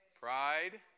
Pride